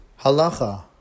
Halacha